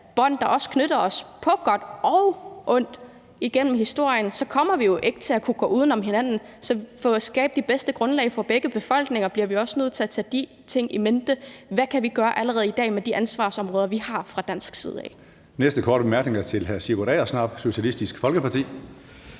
der også knytter os sammen på godt og ondt igennem historien, kommer vi jo ikke til at kunne gå uden om hinanden. For at skabe det bedste grundlag for begge befolkninger bliver vi også nødt til at tage de ting i mente: Hvad kan vi gøre allerede i dag med de ansvarsområder, vi har fra dansk side?